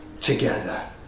together